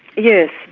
yes.